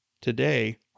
today